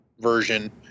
version